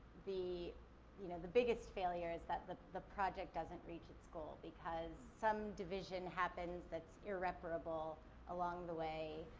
the you know the biggest failure is that the the project doesn't reach it's goal because some division happens that's irreparable along the way.